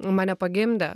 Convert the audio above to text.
mane pagimdė